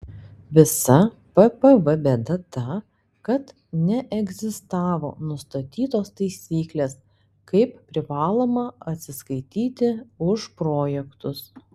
visa ppv bėda ta kad neegzistavo nustatytos taisyklės kaip privaloma atsiskaityti už projektus